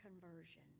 conversion